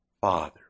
Father